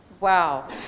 Wow